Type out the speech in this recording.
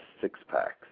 six-packs